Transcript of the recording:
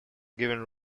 given